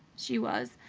she was,